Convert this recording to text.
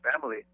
family